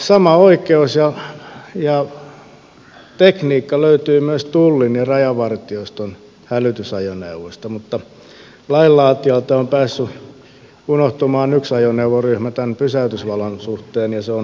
sama oikeus ja tekniikka löytyvät myös tullin ja rajavartioston hälytysajoneuvoista mutta lainlaatijoilta on päässyt unohtumaan yksi ajoneuvoryhmä tämän pysäytysvallan suhteen ja se on sotilaspoliisiajoneuvot